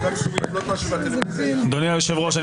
אדוני היושב-ראש,